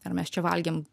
ar mes čia valgėm